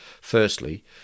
firstly